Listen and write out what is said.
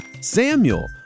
Samuel